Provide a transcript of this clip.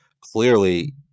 clearly